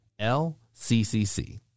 LCCC